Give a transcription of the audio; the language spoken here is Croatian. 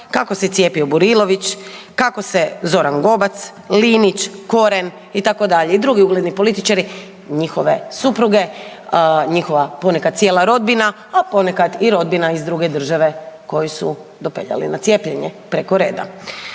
kako se cijepio Burilović, kako se Zoran Gobac, Linić, Koren itd., i drugi ugledni političari i njihove supruge, njihova ponekad cijela rodbina a ponekad i rodbina iz druge države koju su dopeljali na cijepljenje preko reda.